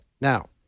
Now